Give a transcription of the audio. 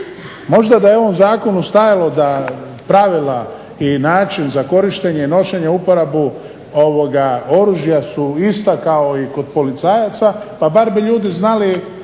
Možda da je u ovom zakonu stajalo da pravila i način za korištenje, nošenje i uporabu oružja su ista kao i kod policajaca, pa bar bi ljudi znali